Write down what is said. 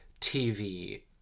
TV